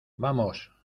vamos